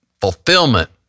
fulfillment